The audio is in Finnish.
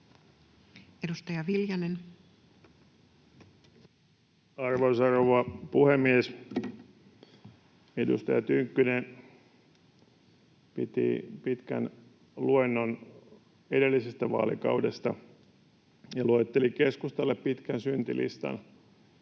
19:39 Content: Arvoisa rouva puhemies! Edustaja Tynkkynen piti pitkän luennon edellisestä vaalikaudesta ja luetteli keskustalle pitkän syntilistan,